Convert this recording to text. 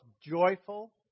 joyful